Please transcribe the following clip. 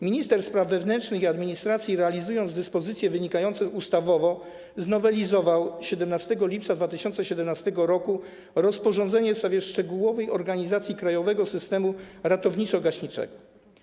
Minister spraw wewnętrznych i administracji, realizując dyspozycje wynikające z ustawy, znowelizował 17 lipca 2017 r. rozporządzenie w sprawie szczegółowej organizacji krajowego systemu ratowniczo-gaśniczego.